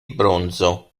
bronzo